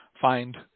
find